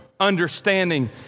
Understanding